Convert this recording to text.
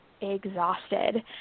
exhausted